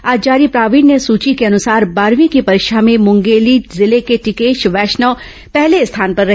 आज जारी प्रावीण्य सूची के अनुसार बारहवीं की परीक्षा में मुंगेली जिले के टिकेश वैष्णव पहले स्थान पर रहे